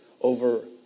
over